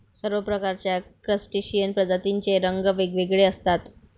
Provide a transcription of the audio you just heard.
सर्व प्रकारच्या क्रस्टेशियन प्रजातींचे रंग वेगवेगळे असतात